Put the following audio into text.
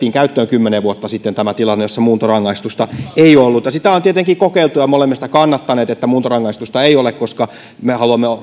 kymmenen vuotta sitten otettiin käyttöön tämä tilanne jossa muuntorangaistusta ei ole sitä on tietenkin kokeiltu ja me olemme sitä kannattaneet että muuntorangaistusta ei ole koska me haluamme huomioida